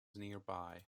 nearby